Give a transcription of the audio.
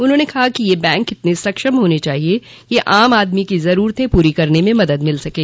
उन्होंने कहा कि ये बैंक इतने सक्षम होने चाहिए कि आम आदमी की जरूरतें पूरी करने में मदद मिल सकें